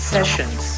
Sessions